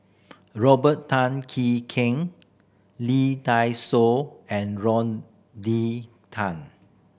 Robert Tan Jee Keng Lee Dai Soh and Rodney Tan